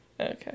Okay